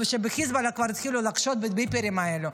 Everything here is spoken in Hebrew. וכשבחיזבאללה כבר התחילו לחשוד בביפרים האלו,